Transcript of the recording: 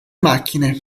macchine